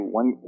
one